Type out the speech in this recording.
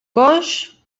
coix